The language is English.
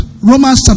Romans